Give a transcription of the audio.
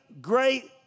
great